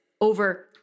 over